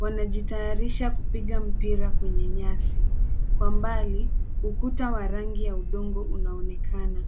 Wanajitayarisha kupiga mpira kwenye nyasi. Kwa mbali ukuta wa rangi ya udongo unaonekana.